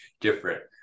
different